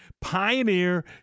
Pioneer